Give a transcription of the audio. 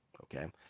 Okay